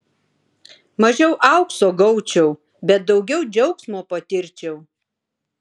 mažiau aukso gaučiau bet daugiau džiaugsmo patirčiau